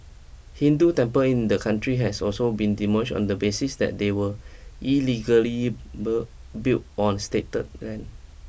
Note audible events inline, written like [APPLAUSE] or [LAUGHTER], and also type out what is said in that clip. Hindu temple in the country has also been demolished on the basis that they were illegally [UNINTELLIGIBLE] built on stated land